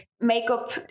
makeup